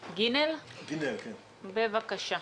גינר, בבקשה.